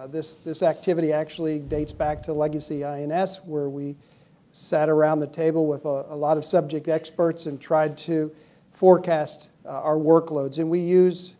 ah this this activity actually dates back to the legacy ins where we sat around the table with a lot of subject experts and try to forecast our workloads. and we use